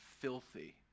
filthy